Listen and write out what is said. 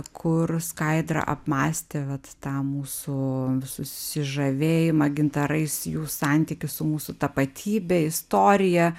kur skaidra apmąstė vat tą mūsų susižavėjimą gintarais jų santykius su mūsų tapatybe istorija